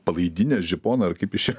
palaidinė žipono ar kaip jis čia